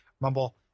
Mumble